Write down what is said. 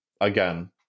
again